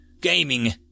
Gaming